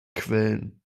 quellen